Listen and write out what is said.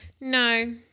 No